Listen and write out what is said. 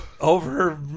over